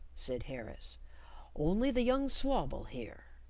said harris only the young swab'll hear.